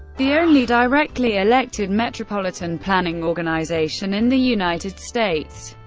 the only directly elected metropolitan planning organization in the united states.